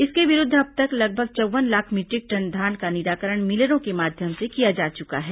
इसके विरूद्व अब तक लगभग चौव्वन लाख मीटरिक टन धान का निराकरण मिलरों के माध्यम से किया जा चुका है